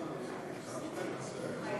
ההסתייגות (25) של קבוצת סיעת הרשימה